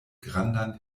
grandan